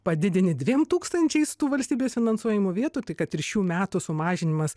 padidini dviem tūkstančiais tų valstybės finansuojamų vietų tai kad ir šių metų sumažinimas